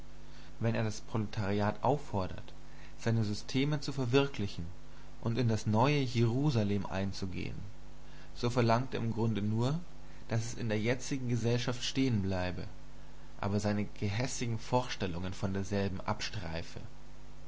wenn er das proletariat auffordert seine systeme zu verwirklichen und in das neue jerusalem einzugehen so verlangt er im grunde nur daß es in der jetzigen gesellschaft stehenbleibe aber seine gehässigen vorstellungen von derselben abstreife